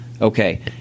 Okay